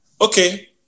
Okay